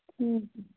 ठीक है